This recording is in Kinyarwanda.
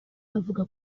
avuga